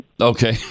Okay